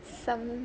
some